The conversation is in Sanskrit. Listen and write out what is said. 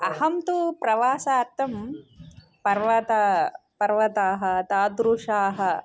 अहं तु प्रवासार्थं पर्वताः पर्वताः तादृशानि